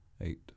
Eight